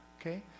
okay